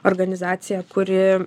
organizacija kuri